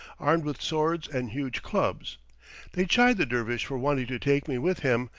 armed with swords and huge clubs they chide the dervish for wanting to take me with him,